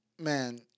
man